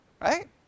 right